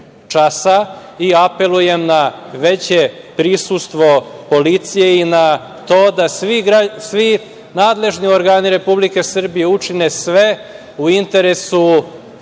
i apelujem na veće prisustvo policije i na to da svi nadležni organi Republike Srbije učine sve u interesu